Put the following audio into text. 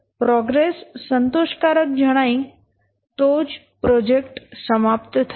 progress સંતોષકારક જણાય તો પ્રોજેક્ટ સમાપ્ત થશે